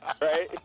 Right